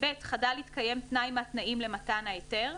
(ב)חדל להתקיים תנאי מהתנאים למתן ההיתר,